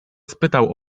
spytał